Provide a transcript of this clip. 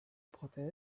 protège